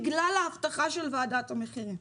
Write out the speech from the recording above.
בגלל ההבטחה של ועדת המחירים.